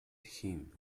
hymn